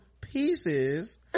pieces